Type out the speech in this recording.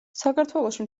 საქართველოში